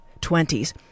20s